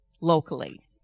locally